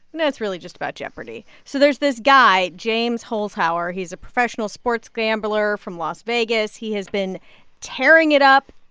no, it's really just about jeopardy. so there's this guy, james holzhauer. he's a professional sports gambler from las vegas. he has been tearing it up.